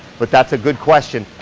but that's a good question.